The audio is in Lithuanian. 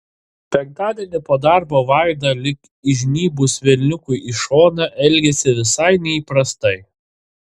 penktadienį po darbo vaida lyg įžnybus velniukui į šoną elgėsi visai neįprastai